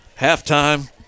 halftime